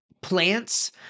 plants